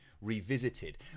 revisited